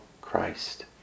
Christ